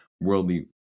worldly